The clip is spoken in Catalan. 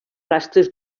rastres